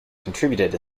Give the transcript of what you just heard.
contributed